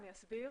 אני אסביר.